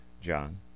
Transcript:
john